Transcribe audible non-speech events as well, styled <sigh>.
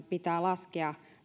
<unintelligible> pitää laskea